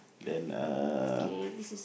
then uh